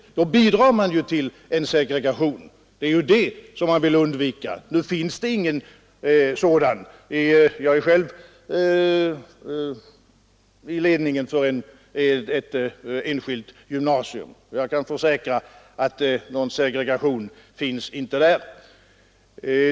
Det är ju en sådan utveckling som man vill undvika. Nu förekommer det ingen segregation. Jag är själv med i ledningen för ett enskilt gymnasium, och jag kan försäkra att någon segregation inte finns där.